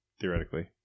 Theoretically